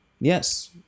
Yes